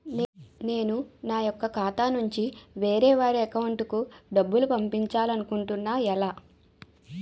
నేను నా యెక్క ఖాతా నుంచి వేరే వారి అకౌంట్ కు డబ్బులు పంపించాలనుకుంటున్నా ఎలా?